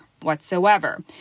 whatsoever